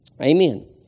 Amen